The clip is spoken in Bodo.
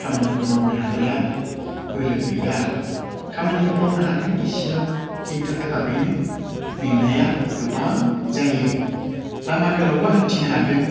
खामानिखौ मावनो हानाया बोलो गैला खामानिखौ मावनो हागोन एसेल' खिन्थु थाबैनो मेंनाया गोबां जायो लामा गोलावबो हान्थिनो हागोन